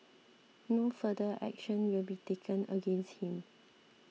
no further action will be taken against him